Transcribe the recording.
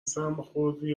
سرماخوردی